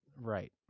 Right